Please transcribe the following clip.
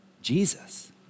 Jesus